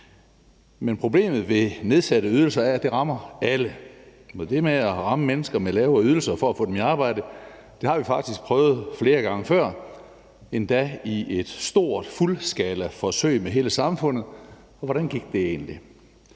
Men problemet ved nedsatte ydelse er, at det rammer alle, og det med at ramme mennesker med lavere ydelser for at få dem i arbejde har vi faktisk prøvet flere gange før, endda i et stort fuldskalaforsøg med hele samfundet. Hvordan gik det egentlig?